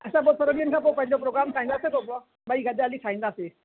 असां पोइ थोरो ॾिंहंनि खां पोइ पंहिंजो पोग्राम ठाहींदासीं पोइ ॿई गॾु हली खाईंदासीं